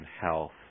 health